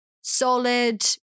solid